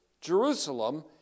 Jerusalem